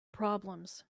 problems